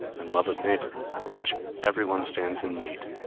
and love of neighbor, of which everyone stands in need,